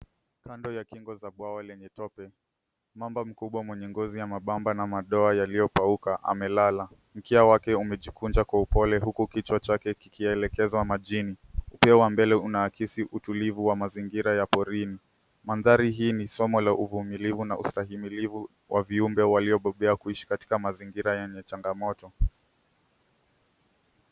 Kando ya kingo za bwawa lenye tope. Mamba mkubwa mwenye ngozi ya mabamba na madoa yaliyopauka, amelala. Mkia wake umejikunja kwa upole huku kichwa chake kikielekezwa majini. Upeo wa mbele unaakisi utulivu wa mazingira ya porini. Mandhari hii ni somo la uvumilivu na ustahimilivu wa viumbe waliobobea kuishi katika mazingira yenye changamoto.